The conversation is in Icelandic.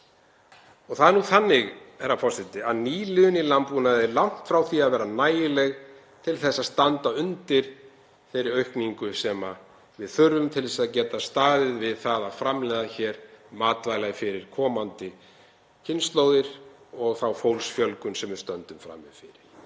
Það er nú þannig, herra forseti, að nýliðun í landbúnaði er langt frá því að vera nægileg til að standa undir þeirri aukningu sem við þurfum til að geta staðið við það að framleiða hér matvæli fyrir komandi kynslóðir og þá fólksfjölgun sem við stöndum frammi fyrir.